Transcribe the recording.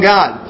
God